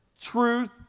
truth